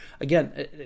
again